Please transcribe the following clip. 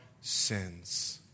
sins